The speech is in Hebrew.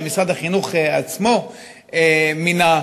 שמשרד החינוך עצמו מינה,